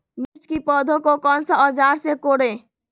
मिर्च की पौधे को कौन सा औजार से कोरे?